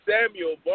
Samuel